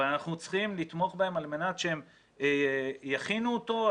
אבל אנחנו צריכים לתמוך בהם על מנת שהם יכינו אותו.